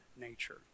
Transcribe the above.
nature